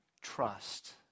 trust